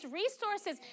resources